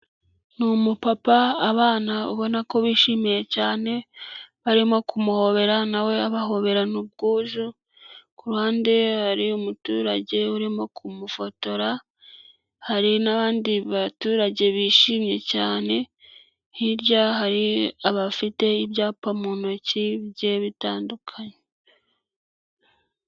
Ni umupapa abana ubona ko bishimiye cyane barimo kumuhobera nawe abahoberana ubwuzu, ku ruhande hari umuturage urimo kumufotora, hari n'abandi baturage bishimye cyane, hirya hari abafite ibyapa mu ntoki bigiye bitandukanye.